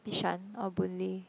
Bishan or Boon-Lay